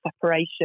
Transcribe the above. separation